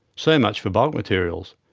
so much for bulk materials.